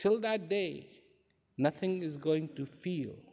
that day nothing is going to feel